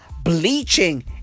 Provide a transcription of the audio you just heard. bleaching